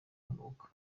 hanuka